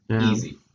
Easy